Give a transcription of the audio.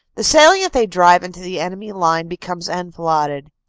the salient they drive into the enemy line becomes enfiladed,